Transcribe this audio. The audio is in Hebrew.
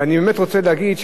ואני באמת רוצה להגיד,